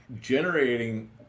generating